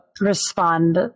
respond